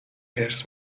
حرص